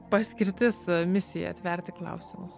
paskirtis misija atverti klausimus